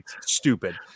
stupid